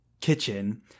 kitchen